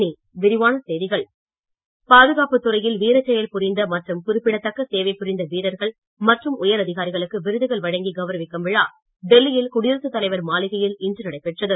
இனி விரிவான செய்திகள் பாதுகாப்புத்துறையில் வீரச்செயல் புரிந்த மற்றும் குறிப்பிடத்தக்க சேவை புரிந்த வீரர்கள் மற்றும் உயர் அதிகாரிகளுக்கு விருதுகள் வழங்கி கவுரவிக்கும் விழா டெல்லியில் குடியரசு தலைவர் மாளிகையில் இன்று நடைபெற்றது